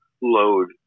load